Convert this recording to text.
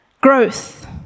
growth